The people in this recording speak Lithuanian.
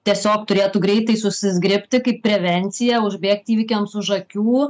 tiesiog turėtų greitai susizgribti kaip prevencija užbėgti įvykiams už akių